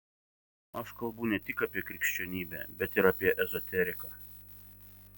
aš kalbu ne tik apie krikščionybę bet ir apie ezoteriką